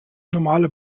normale